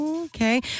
Okay